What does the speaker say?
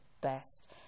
best